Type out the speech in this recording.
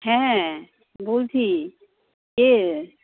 হ্যাঁ বলছি কে